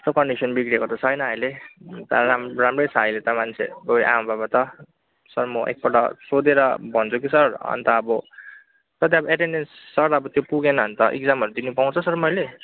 त्यस्तो कन्डिसन बिग्रेको त छैन अहिले राम् राम्रै छ अहिले त मान्छे उयो आमा बाबा त सर म एकपल्ट सोधेर भन्छु कि सर अन्त अब सर त्यहाँदेखि एटेन्डेन्स सर अब त्यो पुगेन भने त इक्जामहरू दिनु पाउँछ सर मैले